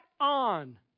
on